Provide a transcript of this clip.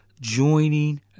Joining